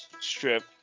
strip